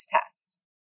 test